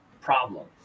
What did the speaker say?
problem